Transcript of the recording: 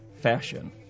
fashion